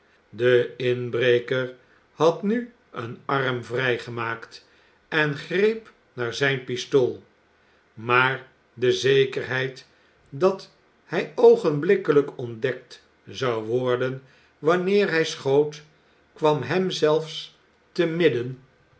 de inbreker had nu een arm vrijgemaakt en greep naar zijn pistool maar de zekerheid dat hij oogenblikkelijk ontdekt zou worden wanneer hij schoot kwam hem zelfs te midden